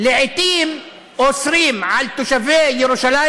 לא יכולים.) לעתים אוסרים על תושבי ירושלים